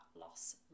loss